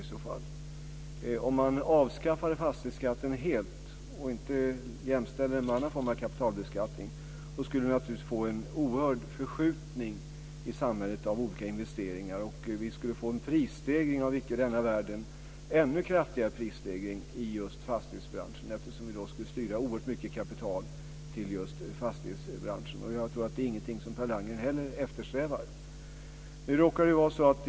Det skulle naturligtvis få en oerhörd förskjutning i samhället av olika investeringar om fastighetsskatten avskaffas helt och inte jämställs med annan form av kapitalbeskattning. Vi skulle få en prisstegring som icke är av denna värld och en ännu kraftigare prisstegring i just fastighetsbranschen. Oerhört mycket kapital skulle styras just till fastighetsbranschen. Jag tror inte att det är någonting som Per Landgren eftersträvar.